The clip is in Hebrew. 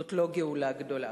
זו לא גאולה גדולה.